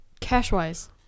Cashwise